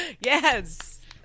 yes